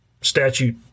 statute